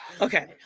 Okay